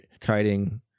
kiting